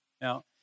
Now